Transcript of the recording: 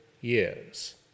years